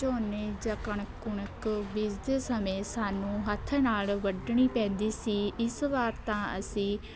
ਝੋਨੇ ਜਾਂ ਕਣਕ ਕੁਣਕ ਬੀਜਦੇ ਸਮੇਂ ਸਾਨੂੰ ਹੱਥ ਨਾਲ ਵੱਢਣੀ ਪੈਂਦੀ ਸੀ ਇਸ ਵਾਰ ਤਾਂ ਅਸੀਂ